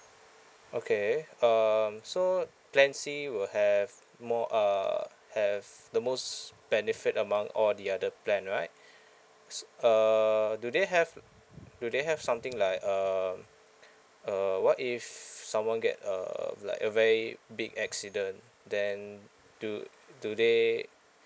okay um so plan C will have more uh have the most benefit among all the other plan right s~ err do they have do they have something like um uh what if someone get a like a very big accident then do do they